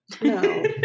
No